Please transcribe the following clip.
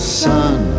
sun